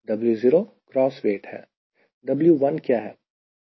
W0 gross weight है W1 क्या है